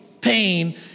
pain